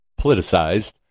politicized